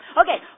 Okay